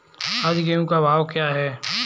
आज गेहूँ का भाव क्या है?